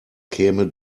käme